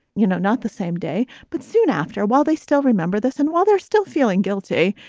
you know, not the same day, but soon after a while, they still remember this. and while they're still feeling guilty,